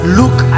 look